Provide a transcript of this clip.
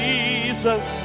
Jesus